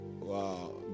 Wow